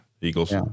Eagles